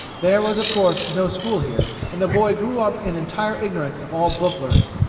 there was of course no school here, and the boy grew up in entire ignorance of all book learning.